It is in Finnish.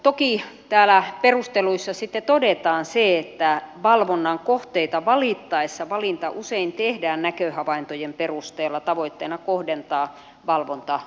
toki täällä perusteluissa sitten todetaan se että valvonnan kohteita valittaessa valinta usein tehdään näköhavaintojen perusteella tavoitteena kohdentaa valvonta ulkomaalaisiin